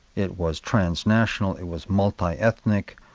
it was transnational, it was multi-ethnic,